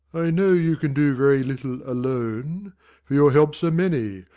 i know you can do very little alone for your helps are many,